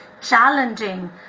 challenging